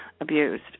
abused